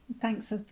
thanks